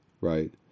Right